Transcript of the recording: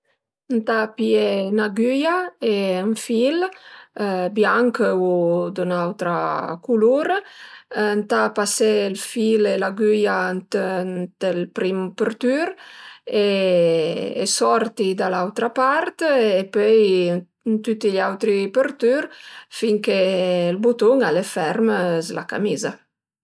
Ëntà pìé 'n agüia e ën fil bianch u d'ën autra culur, ëntàpaséël fil e l'agüia ënt ël prim pertür e sort da l'autra part e pöi ën tüti gl'autri përtür finché ël butun a l'e ferm s'la camiza